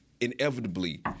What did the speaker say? inevitably